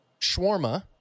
shawarma